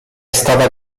stata